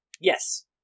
Yes